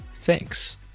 Thanks